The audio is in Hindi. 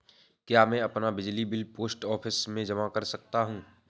क्या मैं अपना बिजली बिल पोस्ट ऑफिस में जमा कर सकता हूँ?